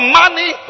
money